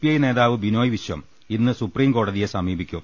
I നേതാവ് ബിനോയ് വിശ്വം ഇന്ന് സുപ്രിംകോടതിയെ സമീപിക്കും